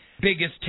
biggest